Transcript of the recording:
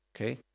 Okay